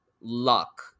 luck